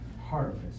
harvest